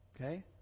Okay